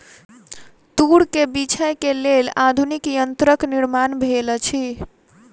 तूर के बीछै के लेल आधुनिक यंत्रक निर्माण भेल अछि